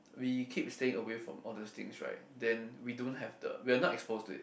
we keep staying away from all those things right then we don't have the we're not exposed to it